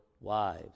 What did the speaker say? wives